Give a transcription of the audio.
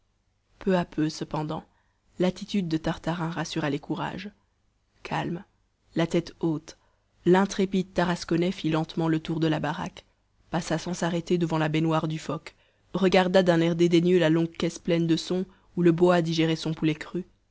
peu à peu cependant l'attitude de tartarin rassura les courages calme la tête haute l'intrépide tarasconnais fit lentement le tour de la baraque passa sans s'arrêter devant la baignoire du phoque regarda d'un oeil dédaigneux la longue caisse pleine de son où le boa digérait son poulet cru